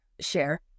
share